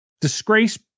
disgrace